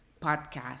Podcast